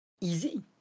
Easy